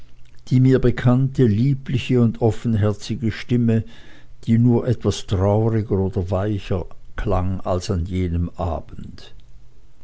die mir bekannte liebliche und offenherzige stimme die nur etwas trauriger oder weicher klang als an jenem abend